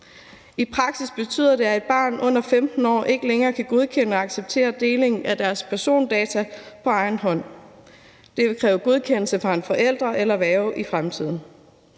I praksis betyder det, at et barn under 15 år ikke længere kan godkende og acceptere deling af persondata på egen hånd. Det vil kræve godkendelse fra en forælder eller værge i fremtiden.